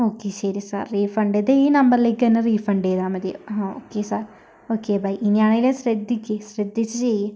okay ശരി sir refund ഇത് ഈ നമ്പറിലേക്ക് തന്നെ റീഫണ്ട് ചെയ്താൽ മതി ആ ഓക്കെ സാർ ഓക്കെ ബൈ ഇനിയാണേലും ശ്രദ്ധിക്ക് ശ്രദ്ധിച്ച് ചെയ്യ്